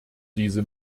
diese